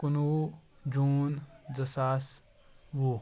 کُنوُہ جوٗن زٕ ساس وُہ